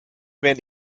wenn